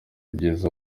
byiza